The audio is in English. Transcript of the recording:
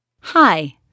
Hi